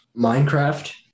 Minecraft